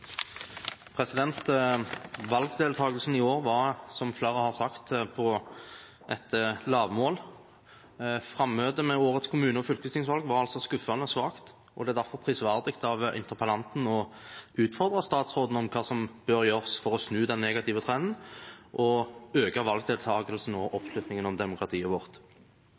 Valgdeltakelsen i år var, som flere har sagt, på et lavmål. Frammøtet ved årets kommune- og fylkestingsvalg var skuffende svakt, og det er derfor prisverdig av interpellanten å utfordre statsråden på hva som bør gjøres for å snu den negative trenden og øke valgdeltakelsen og oppslutningen om demokratiet vårt.